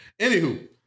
Anywho